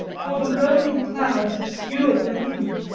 for the rolling clouds obscured the moon.